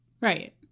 Right